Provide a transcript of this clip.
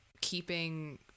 keeping